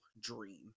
dream